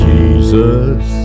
Jesus